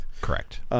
correct